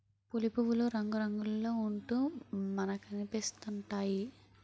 పులి పువ్వులు రంగురంగుల్లో ఉంటూ మనకనిపిస్తా ఉంటాయి